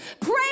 pray